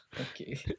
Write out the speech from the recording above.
Okay